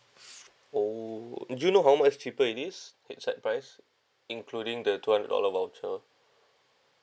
oh do you know how much cheaper it is inside price including the two hundred dollar voucher